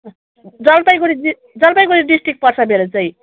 जलपाइगुडी जि जलपाइगुडी डिस्ट्रिक्ट पर्छ मेरो चाहिँ